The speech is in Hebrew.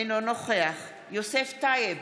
אינו נוכח יוסף טייב,